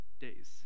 days